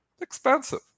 expensive